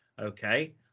okay